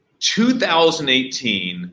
2018